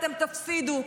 אתם תפסידו,